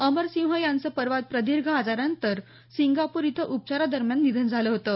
अमरसिंह यांचं परवा प्रदीर्घ आजारानंतर सिंगापूर इथं उपचारादरम्यान निधन झालं होतं